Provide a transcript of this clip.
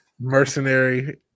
Mercenary